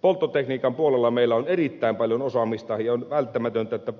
polttotekniikan puolella meillä on erittäin paljon osaamista ja on välttämätöntä että